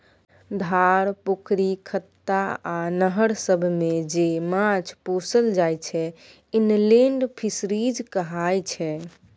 धार, पोखरि, खत्ता आ नहर सबमे जे माछ पोसल जाइ छै इनलेंड फीसरीज कहाय छै